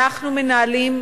אנחנו מנהלים,